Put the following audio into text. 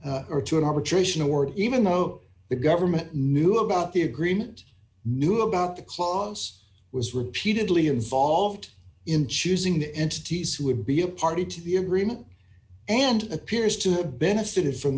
arbitration or even though the government knew about the agreement knew about the clause was repeatedly involved in choosing the entities who would be a party to the agreement and appears to have benefited from